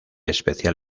especial